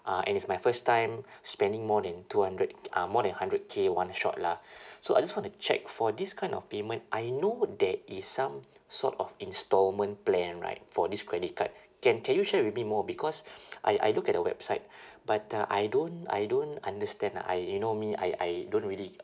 uh and it's my first time spending more than two hundred uh more than hundred K one shot lah so I just want to check for this kind of payment I know there is some sort of instalment plan right for this credit card can can you share with me more because I I look at the website but uh I don't I don't understand ah I you know me I I don't really